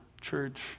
church